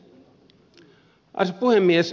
arvoisa puhemies